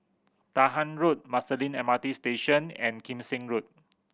Dahan Road Marsiling M R T Station and Kim Seng Road